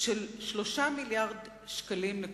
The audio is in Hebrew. של 3.2 מיליארדי שקלים.